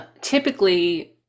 typically